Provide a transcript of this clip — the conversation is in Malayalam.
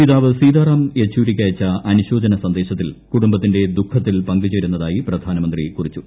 പിതാവ് സീതാറാം യെച്ചൂരിക്കയ്ച്ച് അനുശോചന സന്ദേശത്തിൽ കുടുംബത്തിന്റെ ദുഃഖ്വത്തിൽ പങ്കുച്ചേരുന്നതായി പ്രധാനമന്ത്രി കുറിച്ചു